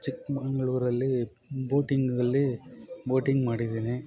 ಚಿಕ್ಕಮಗಳೂರಿಗೆ ಬೋಟಿಂಗ್ಗಲ್ಲಿ ಬೋಟಿಂಗ್ ಮಾಡಿದ್ದೀನಿ